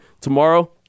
tomorrow